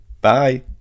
Bye